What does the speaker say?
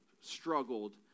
struggled